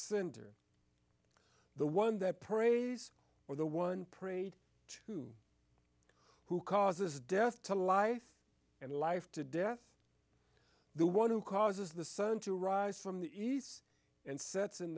center the one that prays or the one prayed to who causes death to life and life to death the one who causes the sun to rise from the east and sets in